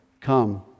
come